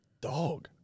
Dog